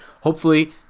Hopefully-